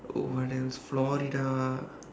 what else florida